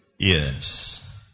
Yes